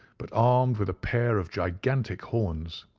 but armed with a pair of gigantic horns.